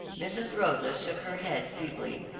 mrs. rosa shook her head feebly,